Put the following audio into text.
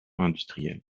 industrielle